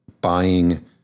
buying